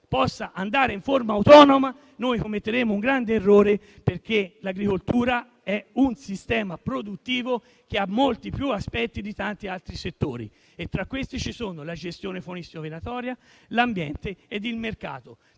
possa agire autonomamente, commettiamo un grande errore perché l'agricoltura è un sistema produttivo che ha molti più aspetti di tanti altri settori. Tra questi, ci sono la gestione faunistico-venatoria, l'ambiente e il mercato.